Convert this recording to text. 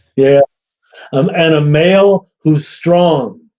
yeah um and a male who's strong,